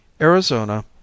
Arizona